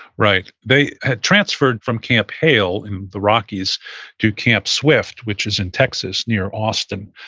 right. they had transferred from camp hale in the rockies to camp swift, which is in texas near austin.